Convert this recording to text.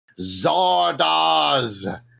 Zardoz